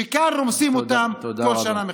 שכאן רומסים אותן כל שנה מחדש.